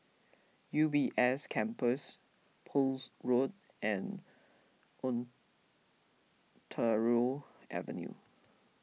U B S Campus Poole Road and Ontario Avenue